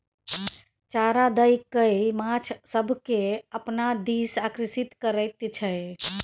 चारा दए कय माछ सभकेँ अपना दिस आकर्षित करैत छै